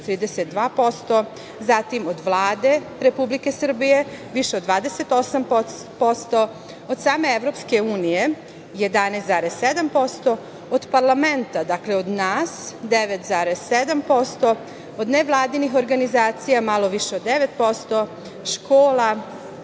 32%, zatim od Vlade Republike Srbije više od 28%, od same EU 11,7%, od parlamenta, dakle od nas, 9,7%, od nevladinih organizacija malo više od 9%, škola,